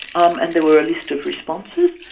um and there were a list of responses,